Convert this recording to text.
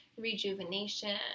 rejuvenation